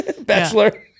Bachelor